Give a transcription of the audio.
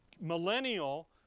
millennial